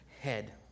head